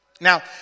Now